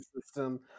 System